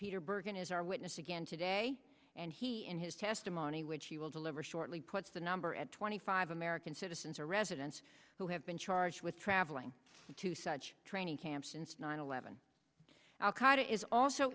bergen is our witness again today and he in his testimony which he will deliver shortly puts the number at twenty five american citizens or residents who have been charged with traveling to such training camps since nine eleven al qaida is also